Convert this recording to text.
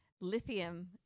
lithium